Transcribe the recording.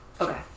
Okay